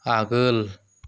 आगोल